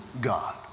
God